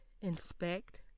inspect